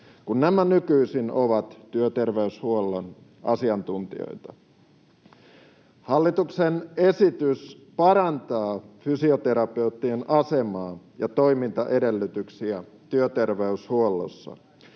kun nämä nykyisin ovat työterveyshuollon asiantuntijoita. Hallituksen esitys parantaa fysioterapeuttien asemaa ja toimintaedellytyksiä työterveyshuollossa.